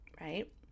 right